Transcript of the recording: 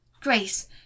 Grace